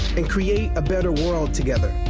and create a better world together.